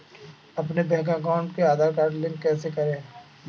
अपने bank account में Aadhaar card कैसे लिंक करें?